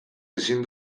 ezin